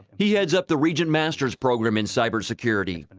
he heads up the regent master's program in cyber security. and